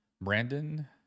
brandon